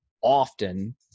often